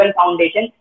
foundation